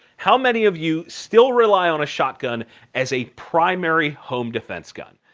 how many of you still rely on a shotgun as a primary home defense gun?